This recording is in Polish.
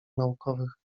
naukowych